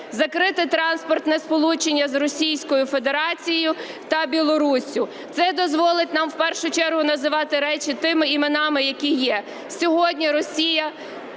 закрити транспортне сполучення з Російською Федерацією та Білоруссю. Це дозволить нам в першу чергу називати речі тими іменами, які є. Сьогодні Росія,